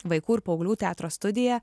vaikų ir paauglių teatro studiją